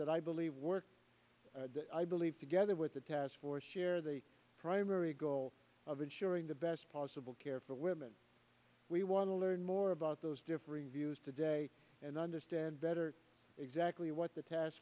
that i believe work i believe together with the task force share the primary goal of ensuring the best possible care for women we want to learn more about those differing views today and understand better exactly what the task